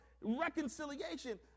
reconciliation—